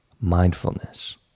mindfulness